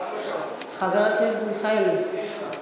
הוא החמיא לשרה.